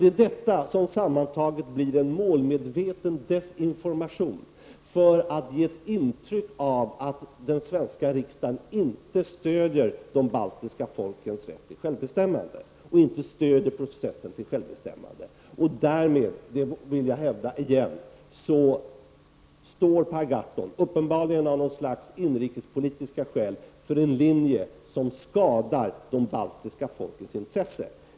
Det är detta som sammantaget blir en målmedveten desinformation för att ge intryck av att den svenska riksdagen inte stöder de baltiska folkens rätt till självbestämmande och inte stöder processen till självbestämmande. Därmed, det vill jag hävda igen, står Per Gahrton — uppenbarligen av något slags inrikespolitiska skäl — för en linje som skadar de baltiska folkens intresse.